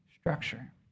structure